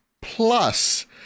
plus